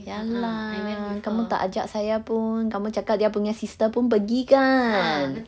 ya lah kamu tak ajak saya pun kamu cakap dia punya sister pun pergi kan